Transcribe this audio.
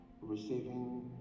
receiving